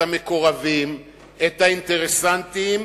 את המקורבים, את האינטרסנטים,